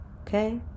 okay